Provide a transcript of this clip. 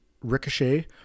Ricochet